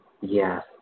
Yes